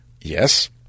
Yes